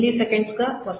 02ms గా వస్తాయి